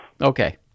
okay